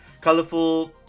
colorful